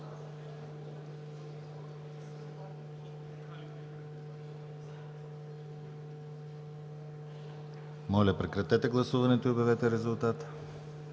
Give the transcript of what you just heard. Моля, прекратете гласуването и обявете резултат.